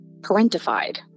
parentified